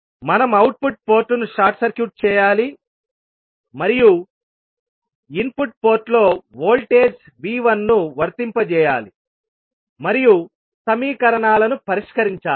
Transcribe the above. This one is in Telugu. మనం అవుట్పుట్ పోర్టును షార్ట్ సర్క్యూట్ చేయాలి మరియు ఇన్పుట్ పోర్ట్ లో వోల్టేజ్ V1 ను వర్తింపజేయాలి మరియు సమీకరణాలను పరిష్కరించాలి